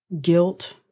guilt